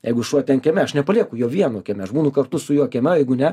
jeigu šuo ten kieme aš nepalieku jo vieno kieme aš būnu kartu su juo kieme jeigu ne